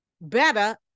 better